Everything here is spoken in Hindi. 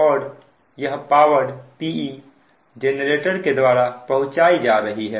और यह पावर Pe जेनरेटर के द्वारा पहुंचाई जा रही है